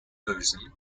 version